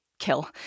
Kill